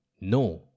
No